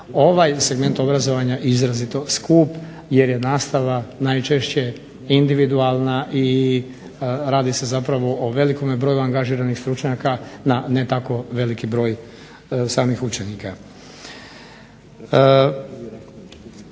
ovaj segment obrazovanja izrazito skup jer je nastava najčešće individualna i radi se zapravo o velikome broju angažiranih stručnjaka na ne tako veliki broj samih učenika.